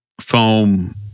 foam